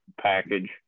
package